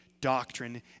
doctrine